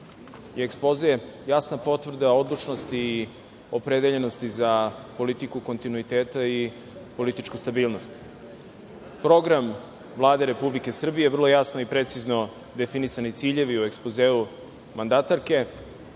je ekspoze jasna potvrda odlučnosti i opredeljenosti za politiku kontinuiteta i političku stabilnost. Program Vlade Republike Srbije, vrlo jasno i precizno definisani ciljevi u ekspozeu mandatarke